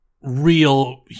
real